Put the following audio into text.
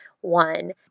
one